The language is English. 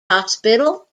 hospital